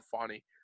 funny